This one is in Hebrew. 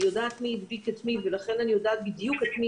אני יודעת מי הדביק את מי ולכן אני יודעת בדיוק את מי